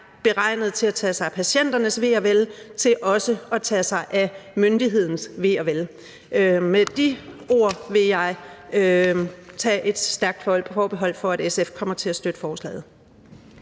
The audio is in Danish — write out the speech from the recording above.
beregnet til at tage sig af patienternes ve og vel, til også at tage sig af myndighedens ve og vel. Med de ord vil jeg tage et stærkt forbehold for, at SF kommer til at støtte forslaget.